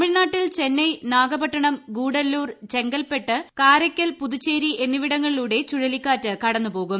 തമിഴ്നാട്ടിൽ ചെന്നൈ നാഗ്പട്ടണം ഗൂഡല്ലൂർ ചെങ്കൽപ്പെട്ട് കാരയ്ക്കൽ പുതുച്ചേരി എന്നിവിടങ്ങളിലൂടെ ചുഴലി കടന്നുപോകും